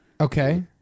Okay